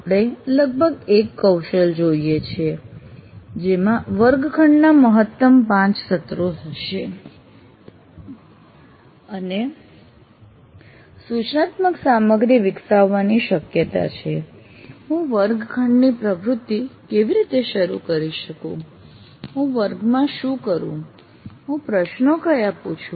આપણે લગભગ એક કૌશલ જોઈએ છીએ જેમાં વર્ગખંડના મહત્તમ ૫ સત્રો થશે અને સૂચનાત્મક સામગ્રી વિકસાવવાની શક્યતા છે હું વર્ગખંડની પ્રવૃત્તિ કેવી રીતે શરૂ કરી શકું હું વર્ગમાં શું કરું હું પ્રશ્નો ક્યાં પૂછું